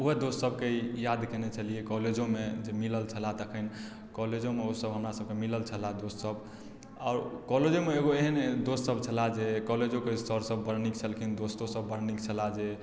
ओहो दोस्त सबके याद कयने छलिए कॉलेजोमे जब मिलल छलाह तखन कॉलेजोमे ओ सब हमरा सबके मिलल छलाह दोस्त सब आओर कॉलेजोमे एगो एहन दोस्त सब छलाह जे कॉलेजोके सर सब बड़ नीक छलखिन दोस्तो सब बड़ नीक छलाह जे